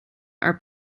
are